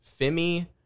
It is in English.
Femi